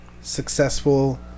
successful